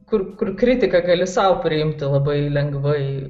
kur kur kritika gali sau priimti labai lengvai